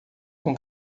com